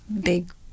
big